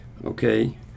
Okay